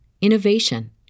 innovation